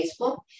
Facebook